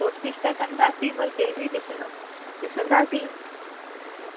कोशिशि त कंदासी पर फिर बि ॾिसणो ॾिसंदासीं हा